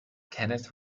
kenneth